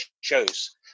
shows